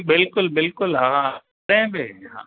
बिल्कुलु बिल्कुलु हा कॾहिं बि हा